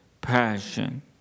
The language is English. passion